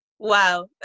wow